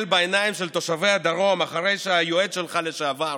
בעיניים של תושבי הדרום אחרי שהיועץ שלך לשעבר